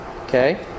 Okay